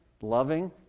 loving